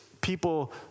people